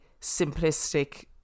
simplistic